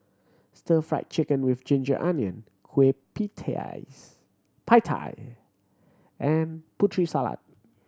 Stir Fry Chicken with ginger onion kueh pie tee and Putri Salad